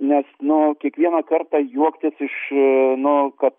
nes nu kiekvieną kartą juoktis iš nu kad